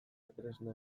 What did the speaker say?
tresna